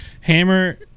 Hammer